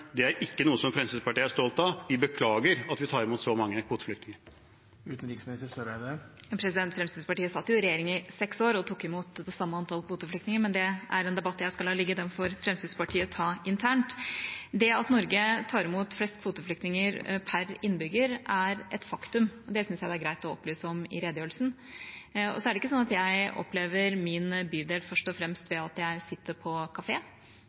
Det er ikke noe Fremskrittspartiet er stolt av; vi beklager at vi tar imot så mange kvoteflyktninger. Fremskrittspartiet satt jo i regjering i seks år og tok imot det samme antall kvoteflyktninger, men det er en debatt jeg skal la ligge. Den får Fremskrittspartiet ta internt. Det at Norge tar imot flest kvoteflyktninger per innbygger, er et faktum. Det syns jeg det er greit å opplyse om i redegjørelsen. Og så er det ikke slik at jeg opplever min bydel først og fremst ved at jeg sitter på